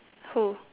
who